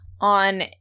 on